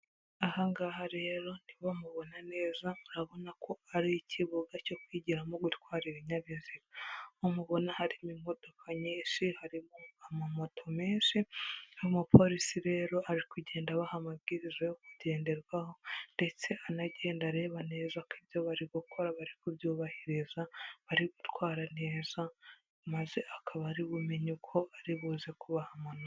Aha ngaha rero niba mubona neza urarabona ko ari ikibuga cyo kwigiramo gutwara ibinyabiziga, mubona harimo imodoka nyinshi, harimo amamoto menshi, umupolisi rero ari kugenda abaha amabwiriza yo kugenderwaho ndetse anagende areba neza ko ibyo bari gukora bari kubyubahiriza, bari gutwara neza maze akaba ari bumenye uko ari buze kubaha amanota.